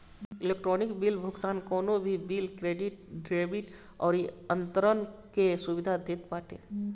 electronic bill भुगतान कवनो भी बिल, क्रेडिट, डेबिट अउरी अंतरण कअ सुविधा देत बाटे